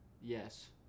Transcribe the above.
Yes